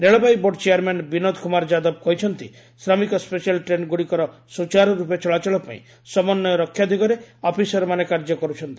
ରେଳବାଇ board chairman Vinod Kumar Yadav କହିଛନ୍ତି ଶ୍ରମିକ special ଟ୍ରେନ୍ଗୁଡ଼ିକର ସୂଚାରୁରୂପେ ଚଳାଚଳ ପାଇଁ ସମନ୍ୱୟ ରକ୍ଷା ଦିଗରେ ଅଫିସରମାନେ କାର୍ଯ୍ୟ କରୁଛନ୍ତି